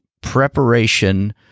preparation